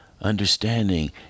understanding